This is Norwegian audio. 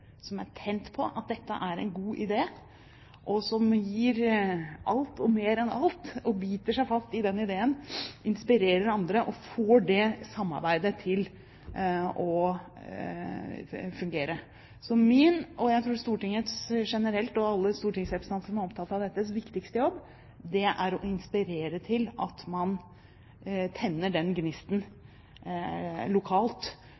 som er tent på at dette er en god idé, og som gir alt, og mer enn alt, og biter seg fast i ideen, inspirerer andre og får det samarbeidet til å fungere. Så den viktigste jobben for meg og jeg tror for Stortinget generelt og alle stortingsrepresentanter som er opptatt av dette, er å inspirere til at man tenner den gnisten lokalt,